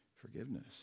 forgiveness